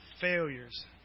failures